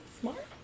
smart